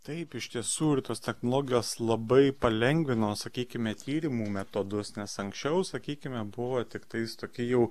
taip iš tiesų ir tos technologijos labai palengvino sakykime tyrimų metodus nes anksčiau sakykime buvo tiktais tokie jau